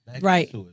Right